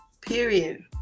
Period